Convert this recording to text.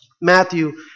Matthew